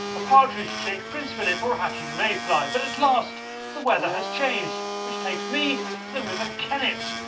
a partridge chick, prince philip, or a hatching mayfly. but at last the weather has changed, which takes me to the river kennet.